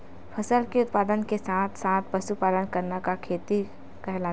फसल के उत्पादन के साथ साथ पशुपालन करना का खेती कहलाथे?